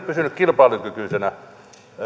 pysynyt kilpailukykyisenä